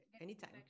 anytime